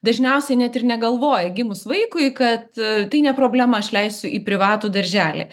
dažniausiai net ir negalvoja gimus vaikui kad tai ne problema aš leisiu į privatų darželį